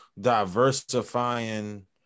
Diversifying